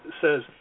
says